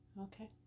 Okay